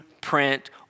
print